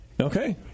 Okay